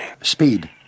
Speed